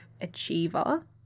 achiever